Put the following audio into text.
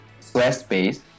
Squarespace